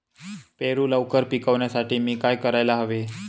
पेरू लवकर पिकवण्यासाठी मी काय करायला हवे?